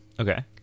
okay